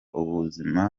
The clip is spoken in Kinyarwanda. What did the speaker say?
ubuzima